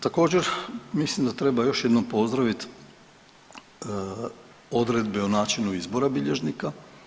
Također mislim da treba još jednom pozdravit odredbe o načinu izbora bilježnika.